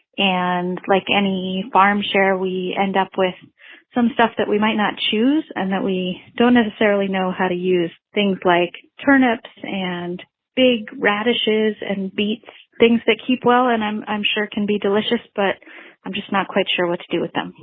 and like any farm share, we end up with some stuff that we might not choose and that we don't necessarily know how to use. so things like turnips, and big radishes, and beets things that keep well and i'm i'm sure can be delicious, but i'm just not quite sure what to do with them.